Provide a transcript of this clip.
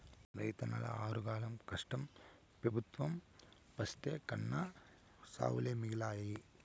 రైతన్నల ఆరుగాలం కష్టం పెబుత్వం పాలై కడన్నా సావులే మిగిలాయి